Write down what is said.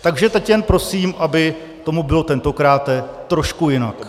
Takže teď jen prosím, aby tomu bylo tentokráte trošku jinak.